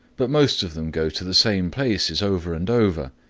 but most of them go to the same places over and over,